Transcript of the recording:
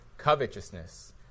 Covetousness